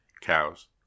Cows